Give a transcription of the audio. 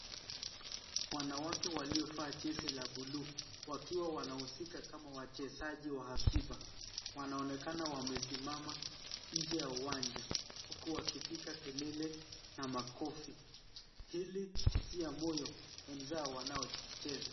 Wanawake waliovaa jezi la buluu wakiwa wanahusika kama wachezaji wa akiba. Wanaonekana wamesimama nje ya uwanja huku wakipiga kelele na makofi ili kutia moyo wenzao wanaocheza.